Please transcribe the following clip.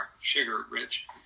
sugar-rich